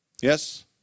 Yes